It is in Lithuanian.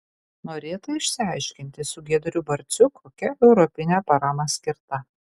norėta išsiaiškinti su giedriu barciu kokia europinė parama skirta